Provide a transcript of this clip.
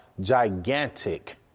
gigantic